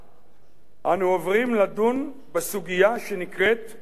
"אנו עוברים לדון בסוגיה שנקראת אלון-מורה.